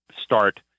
start